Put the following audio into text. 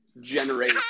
generate